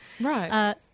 Right